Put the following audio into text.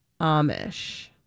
Amish